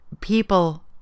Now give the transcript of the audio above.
people